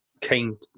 came